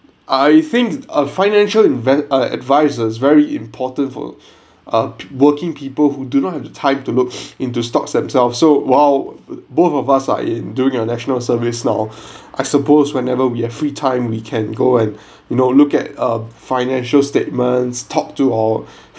I think a financial invent ah advisors very important for uh working people who do not have the time to look into stocks themselves so while both of us are in doing our national service now I supposed whenever we have free time we can go and you know look at uh financial statements talk to or